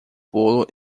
bolo